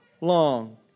long